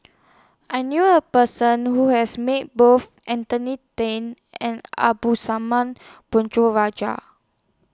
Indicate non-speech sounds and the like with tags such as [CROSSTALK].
I knew A Person Who has Met Both Anthony Then and [UNINTELLIGIBLE] Rajah